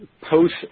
post